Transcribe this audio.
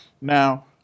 Now